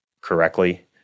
correctly